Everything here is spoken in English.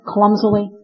Clumsily